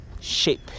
shape